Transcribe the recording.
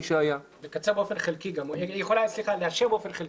היא יכולה לאשר באופן חלקי.